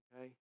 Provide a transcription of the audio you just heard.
okay